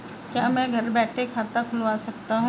क्या मैं घर बैठे खाता खुलवा सकता हूँ?